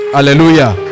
Hallelujah